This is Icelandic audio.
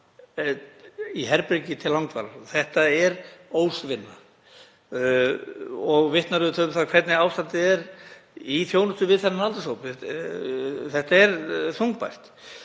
í herbergi til langdvalar. Þetta er ósvinna og vitnar um það hvernig ástandið er í þjónustu við þennan aldurshóp. Þetta er þungbært.